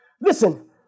listen